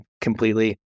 completely